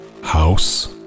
House